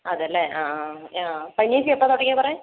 അതെയല്ലേ ആ ആ ആ പനിയൊക്കെ എപ്പോൾ തുടങ്ങിയെന്നാ പറഞ്ഞേ